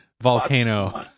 Volcano